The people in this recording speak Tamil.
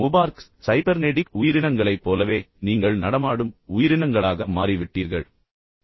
மொபார்க்ஸ் சைபர்நெடிக் உயிரினங்களைப் போலவே நீங்கள் நடமாடும் உயிரினங்களாக மாறிவிட்டீர்கள் என்று நான் சொல்ல விரும்புகிறேன்